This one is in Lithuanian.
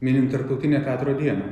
minint tarptautinę teatro dieną